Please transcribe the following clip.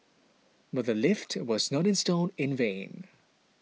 but the lift was not installed in vain